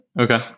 Okay